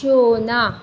Shona